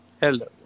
Hello